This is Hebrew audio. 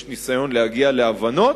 יש ניסיון להגיע להבנות,